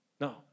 No